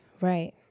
right